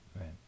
right